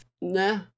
Nah